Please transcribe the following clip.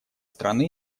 страны